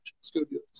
Studios